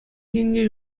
енне